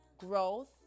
growth